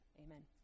Amen